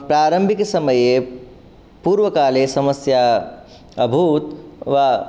प्रारम्भिकसमये पूर्वकाले समस्या अभूत् वा